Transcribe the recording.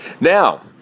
Now